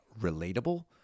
relatable